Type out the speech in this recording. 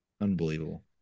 unbelievable